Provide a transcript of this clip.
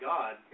God